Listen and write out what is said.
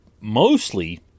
mostly